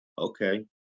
Okay